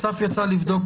אסף יצא לבדוק.